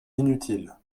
inutile